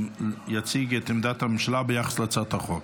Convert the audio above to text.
יציג את עמדת הממשלה ביחס להצעת החוק.